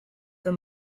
the